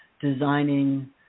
designing